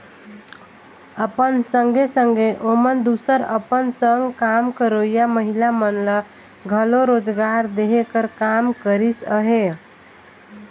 अपन संघे संघे ओमन दूसर अपन संग काम करोइया महिला मन ल घलो रोजगार देहे कर काम करिस अहे